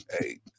hey